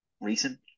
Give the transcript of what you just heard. recent